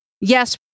Yes